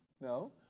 No